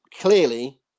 Clearly